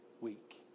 week